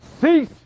cease